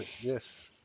Yes